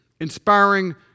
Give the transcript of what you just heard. inspiring